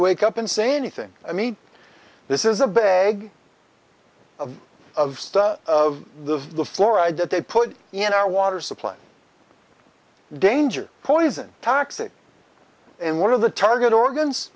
wake up and say anything i mean this is a bag of of the fluoride that they put in our water supply in danger poison toxic and one of the target organs